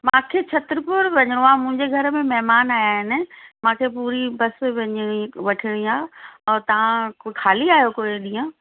मूंखे छत्तरपुर वञिणो आहे मुंहिंजे घर में महिमान आया आहिनि मूंखे पूरी बस वञिणी वठिणी आहे ऐं तव्हां ख़ाली आयो कोई ॾींहुं